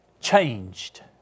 changed